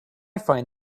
find